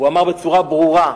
והוא אמר בצורה ברורה: